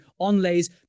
onlays